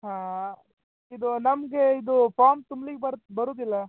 ಹಾಂ ಇದು ನಮಗೆ ಇದು ಫಾರ್ಮ್ ತುಂಬ್ಲಿಕ್ಕೆ ಬರ್ ಬರುವುದಿಲ್ಲ